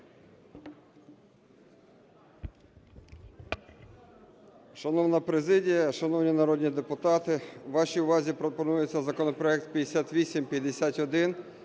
Шановна президія, шановні народні депутати, вашій увазі пропонується законопроект 5851.